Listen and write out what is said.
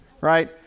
right